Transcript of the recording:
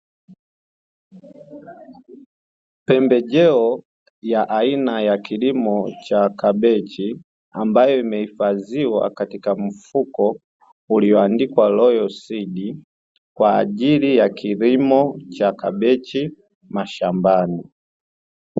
Pembejeo ya aina ya kilimo ya kabechi ambayo imeifadhiwa katika mfuko ulioandikwa ''Royal seed''kwaajili ya kilimo cha kabichi mashambani.